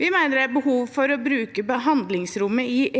Vi mener det er behov for å bruke handlingsrommet